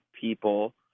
people